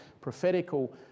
prophetical